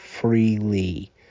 freely